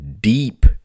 deep